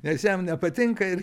nes jam nepatinka ir